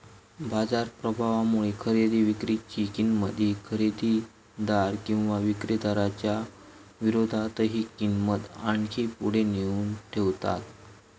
बाजार प्रभावामुळे खरेदी विक्री ची किंमत ही खरेदीदार किंवा विक्रीदाराच्या विरोधातही किंमत आणखी पुढे नेऊन ठेवता